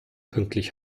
pünktlich